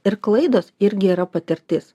ir klaidos irgi yra patirtis